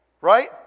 Right